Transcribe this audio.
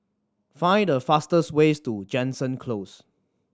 find the fastest ways to Jansen Close